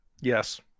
Yes